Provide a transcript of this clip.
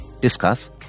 discuss